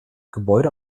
gebäude